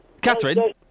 Catherine